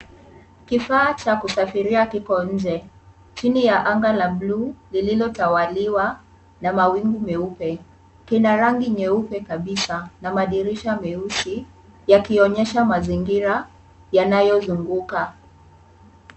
Kifaa cha kusafiria kiko nje chini ya anga la bluu, lililotawaliwa na mawingu meupe. Kina rangi nyeupe kabisa na madirisha meusi yakionyesha mazingira yanayozunguka.